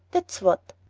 that's what.